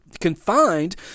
confined